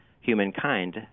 humankind